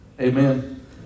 Amen